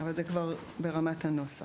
אבל זה כבר ברמת הנוסח.